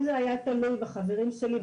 אם זה היה תלוי בחברים שלי,